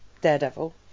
Daredevil